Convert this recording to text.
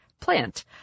plant